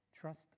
trust